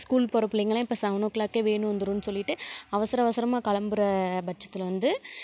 school போகிற பிள்ளைங்கள்லாம் இப்போ செவன் ஓ க்ளாக்கே வேன் வந்துடும்னு சொல்லிவிட்டு அவசரம் அவசரமாக கிளம்புற பட்சத்தில் வந்து